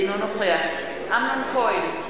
אינו נוכח אמנון כהן,